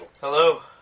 Hello